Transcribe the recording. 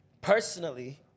personally